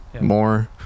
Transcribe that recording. more